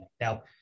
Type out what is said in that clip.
Now